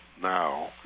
Now